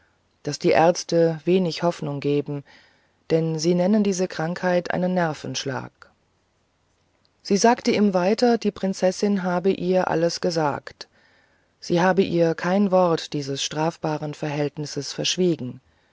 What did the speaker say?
daß die ärzte wenig hoffnung geben denn sie nennen ihre krankheit einen nervenschlag sie sagte ihm weiter die prinzessin habe ihr alles gesagt sie habe ihr kein wort dieses strafbaren verhältnisses verschwiegen